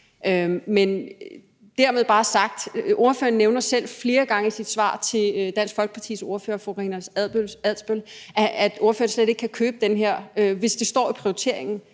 Men dermed bare sagt, at ordføreren selv flere gange i sit svar til Dansk Folkepartis ordfører, fru Karina Adsbøl, nævner, at ordføreren slet ikke kan købe den her, hvis det står mellem prioriteringen